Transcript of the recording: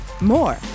More